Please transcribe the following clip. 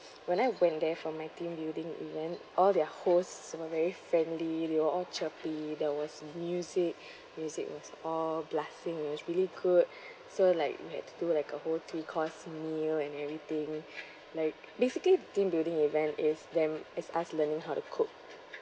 when I went there for my team building event all their hosts were very friendly they were all chirpy there was music music was all blasting it was really good so like you had to do like a whole three course meal and everything like basically team building event is them as us learning how to cook